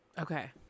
Okay